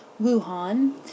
Wuhan